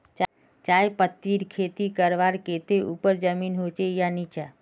चाय पत्तीर खेती करवार केते ऊपर जमीन होचे या निचान?